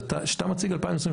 כשאתה מציג את 2022,